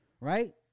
right